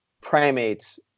primates